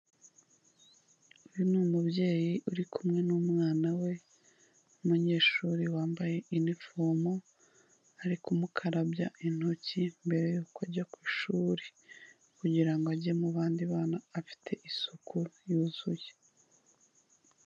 Uyu ni umubyeyi uri kumwe n'umwana we w'umunyeshuri wambaye inifomo, ari kumukarabya intoki mbere yo kujya ku ishuri, kugira ngo ajye mu bandi bana afite isuku yuzuye.